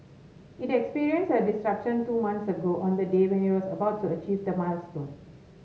it experienced a disruption two months ago on the day when it was about to achieve the milestone